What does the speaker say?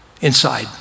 inside